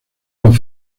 los